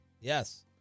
Yes